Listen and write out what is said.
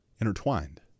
intertwined